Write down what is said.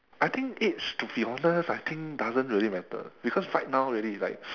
I think age to be honest I think doesn't really matter because right now really like